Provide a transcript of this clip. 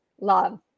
love